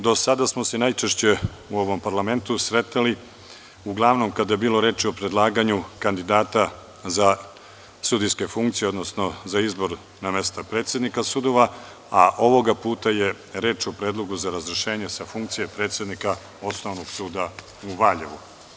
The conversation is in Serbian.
Do sada smo se najčešće u ovom parlamentu sretali uglavnom kada je bilo reči o predlaganju kandidata za sudijske funkcije, odnosno za izbor na mesta predsednika sudova, a ovoga puta je reč o predlogu za razrešenje sa funkcije predsednika Osnovnog suda u Valjevu.